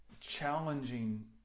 challenging